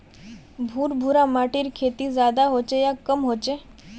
भुर भुरा माटिर खेती ज्यादा होचे या कम होचए?